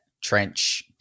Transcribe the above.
trench